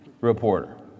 reporter